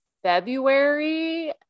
February